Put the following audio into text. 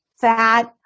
fat